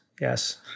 yes